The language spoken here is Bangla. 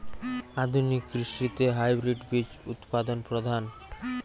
আধুনিক কৃষিতে হাইব্রিড বীজ উৎপাদন প্রধান